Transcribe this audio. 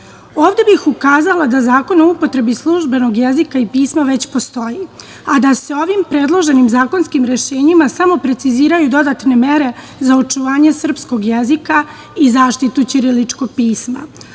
bih ukazala da Zakon o upotrebi službenog jezika i pisma već postoji, a da se ovim predloženim zakonskim rešenjima, samo preciziraju dodatna mere, za očuvanje srpskog jezika i zaštitu ćiriličnog pisma. Ova